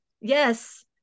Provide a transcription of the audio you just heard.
Yes